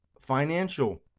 financial